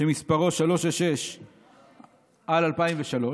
שמספרו 366/2003,